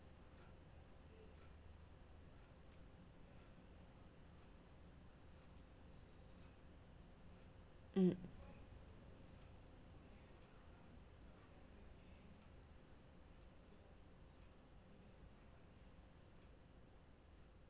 mm